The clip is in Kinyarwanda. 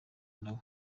nawe